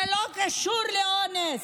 זה לא קשור לאונס,